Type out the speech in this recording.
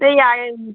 এই আয়ে